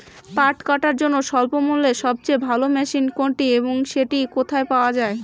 পাট কাটার জন্য স্বল্পমূল্যে সবচেয়ে ভালো মেশিন কোনটি এবং সেটি কোথায় পাওয়া য়ায়?